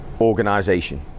organization